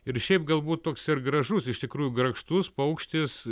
ir šiaip galbūt toks ir gražus iš tikrųjų grakštus paukštis